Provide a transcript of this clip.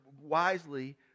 wisely